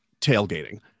tailgating